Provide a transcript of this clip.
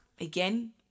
again